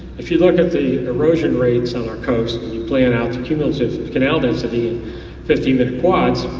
if you look at the erosion rates of our coast, you plan out the cumulative canal density in fifty minute quads,